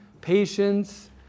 patience